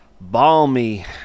balmy